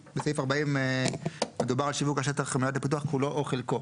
אז בסעיף 40 מדובר על שילוב בשטח המיועד לפיתוח כולו או חלקו.